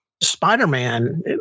Spider-Man